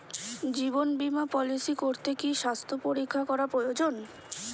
জীবন বীমা পলিসি করতে কি স্বাস্থ্য পরীক্ষা করা প্রয়োজন?